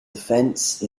offence